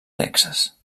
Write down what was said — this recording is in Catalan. texas